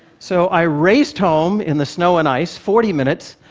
so i raced home in the snow and ice, forty minutes,